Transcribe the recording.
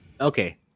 Okay